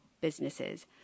businesses